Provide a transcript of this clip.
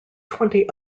twenty